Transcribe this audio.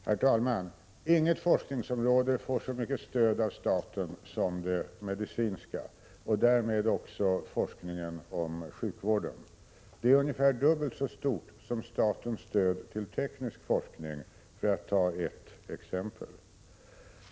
Herr talman! Inget forskningsområde får så mycket stöd av staten som det medicinska — och därmed också forskningen inom sjukvården. Det stödet är ungefär dubbelt så stort som statens stöd till teknisk forskning, för att nämna ett exempel.